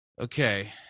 Okay